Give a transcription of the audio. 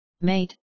mate